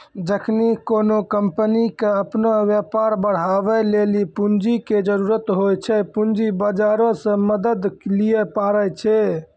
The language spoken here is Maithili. जखनि कोनो कंपनी के अपनो व्यापार बढ़ाबै लेली पूंजी के जरुरत होय छै, पूंजी बजारो से मदत लिये पाड़ै छै